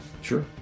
sure